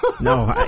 No